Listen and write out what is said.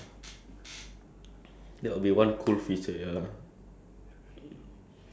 so you just take out your phone like withdraw money from your phone and just pay then and there